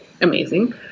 amazing